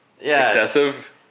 excessive